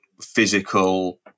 physical